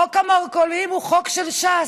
חוק המרכולים הוא חוק של ש"ס,